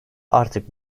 artık